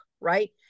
right